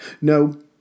No